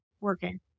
working